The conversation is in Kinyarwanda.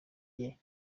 rye